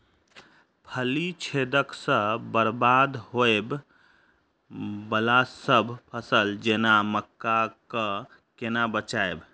फली छेदक सँ बरबाद होबय वलासभ फसल जेना मक्का कऽ केना बचयब?